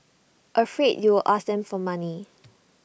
afraid you'll ask them for money